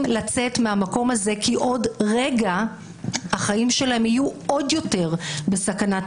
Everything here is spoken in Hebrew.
לצאת מהמקום הזה כי עוד רגע החיים שלהם יהיו עוד יותר בסכנה.